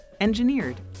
engineered